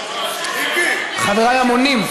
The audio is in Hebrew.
חברים, חבריי המונים,